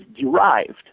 derived